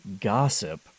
gossip